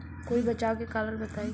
कोई बचाव के कारण बताई?